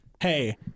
hey